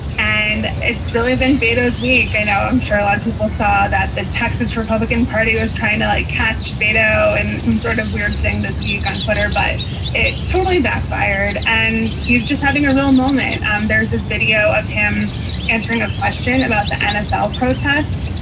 and it's really been beto's week. you know i'm sure a lot of people saw that the texas republican party was trying to like catch beto in some sort of weird thing this week on twitter, but it totally backfired. and he's just having a real moment. um there's this video of him answering a question about the nfl protests,